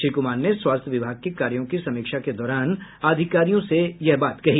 श्री कुमार ने स्वास्थ्य विभाग के कार्यों की समीक्षा के दौरान अधिकारियों से यह बात कही